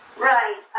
Right